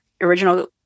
original